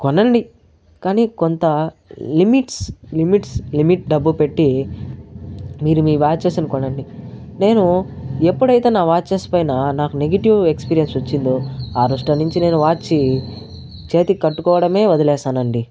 కొనండి కానీ కొంత లిమిట్స్ లిమిట్స్ లిమిట్ డబ్బు పెట్టి మీరు మీ వాచెస్ కొనండి నేను ఎప్పుడైతే నా వాచెస్ పైన నాకు నెగిటివ్ ఎక్స్పీరియన్స్ వచ్చిందో ఆ రోజు నుంచి వాచ్చి చేతికి కట్టుకోవడమే వదిలేసానండి